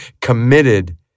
committed